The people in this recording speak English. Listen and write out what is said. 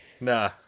Nah